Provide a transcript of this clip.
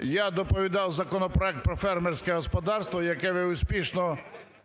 я доповідав законопроект про фермерське господарство, яке ви успішно